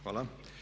Hvala.